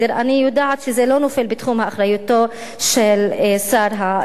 אני יודעת שזה לא נופל בתחום אחריותו של שר המשפטים.